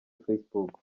facebook